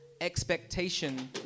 expectation